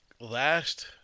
last